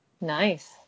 Nice